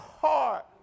heart